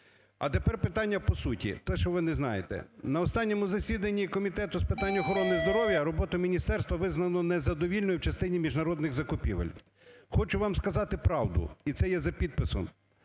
А тепер питання по суті, те, що ви не знаєте. На останньому засіданні Комітету з питань охорони здоров'я роботу міністерства визнано незадовільною в частині міжнародних закупівель. Хочу вам сказати правду, і це є за підписом.